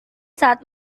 saat